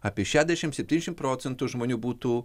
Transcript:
apie šešiasdešim septyniasdešim procentų žmonių būtų